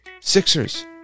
Sixers